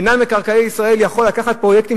מינהל מקרקעי ישראל יכול לקחת פרויקטים